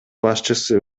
башчысы